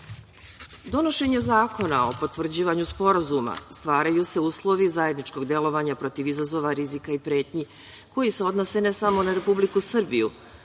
NATO.Donošenjem zakona o potvrđivanju sporazuma stvaraju se uslovi zajedničkog delovanja protiv izazova, rizika i pretnji koji se odnose ne samo na Republiku Srbiju